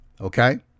Okay